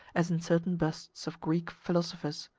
as in certain busts of greek philosophers.